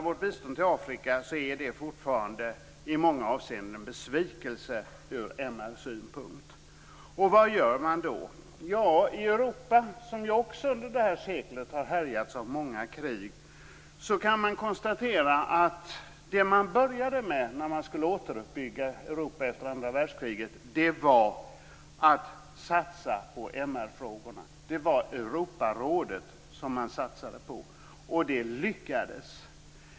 Vårt bistånd till Afrika är fortfarande i många avseenden en besvikelse från MR-synpunkt. Vad gör man då? Också Europa har under det här seklet härjats av många krig. När man skulle återuppbygga Europa efter andra världskriget började man med att satsa på MR-frågorna. Man satsade på Europarådet, och det lyckades.